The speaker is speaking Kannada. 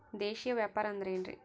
ದೇಶೇಯ ವ್ಯಾಪಾರ ಅಂದ್ರೆ ಏನ್ರಿ?